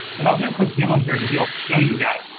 and i'll do put demo here to be able to show you that,